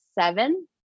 seven